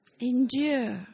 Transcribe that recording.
endure